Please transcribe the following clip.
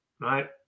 right